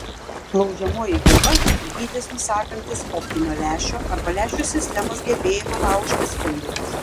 laužiamoji geba dydis nusakantis optinio lęšio arba lęšių sistemos gebėjimą laužti spindulius